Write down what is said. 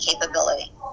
capability